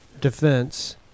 defense